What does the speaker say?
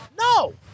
no